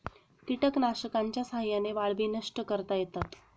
कीटकनाशकांच्या साह्याने वाळवी नष्ट करता येतात